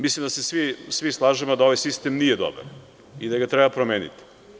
Mislim da se svi slažemo da ovaj sistem nije dobar i da ga treba promeniti.